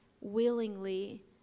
willingly